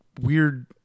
weird